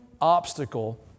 obstacle